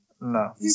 No